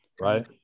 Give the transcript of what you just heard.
right